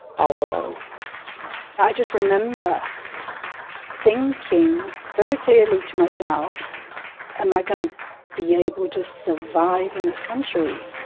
all alone i just remember thinking very clearly to myself am i going to be able to survive in this country?